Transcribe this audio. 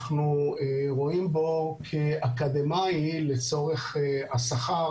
אנחנו רואים בו כאקדמאי לצורך גובה השכר